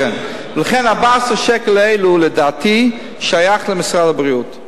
לכן 14 השקל האלה, לדעתי, שייכים למשרד הבריאות.